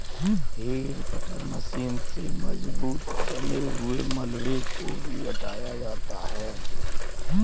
hedge cutter machine से मजबूत जमे हुए मलबे को भी हटाया जाता है